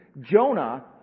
Jonah